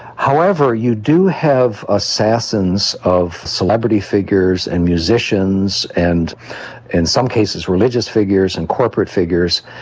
however, you do have assassins of celebrity figures and musicians and in some cases religious figures and corporate figures,